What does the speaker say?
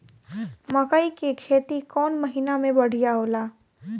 मकई के खेती कौन महीना में बढ़िया होला?